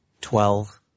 Twelve